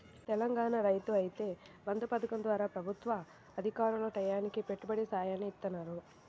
తెలంగాణాలో ఐతే రైతు బంధు పథకం ద్వారా ప్రభుత్వ అధికారులు టైయ్యానికి పెట్టుబడి సాయాన్ని ఇత్తన్నారు